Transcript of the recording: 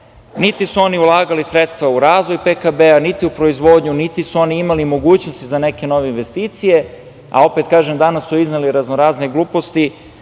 su oni ulagali sredstva u razvoj PKB-a, niti u proizvodnju, niti su oni imali mogućnosti za neke nove investicije, a opet kažem, danas su izneli razno-razne gluposti,